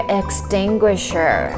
extinguisher